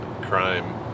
crime